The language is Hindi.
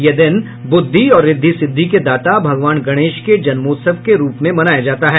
यह दिन ब्रद्धि और ऋद्धि सिद्धि के दाता भगवान गणेश के जन्मोत्सव के रूप में मनाया जाता है